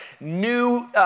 new